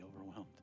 overwhelmed